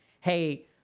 hey